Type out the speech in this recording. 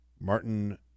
Martin